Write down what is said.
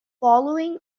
following